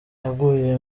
yaguye